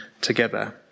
together